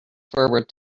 forward